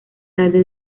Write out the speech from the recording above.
tarde